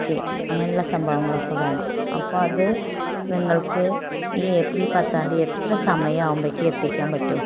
ഒക്കെ അങ്ങനെ ഉള്ള സംഭവങ്ങളൊക്കെ വേണം അപ്പം അത് നിങ്ങൾക്ക് ഈ ഏപ്രിൽ പത്താം തീയതി എത്ര സമയാകുമ്പോഴത്തേക്ക് എത്തിക്കാൻ പറ്റും